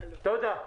תודה.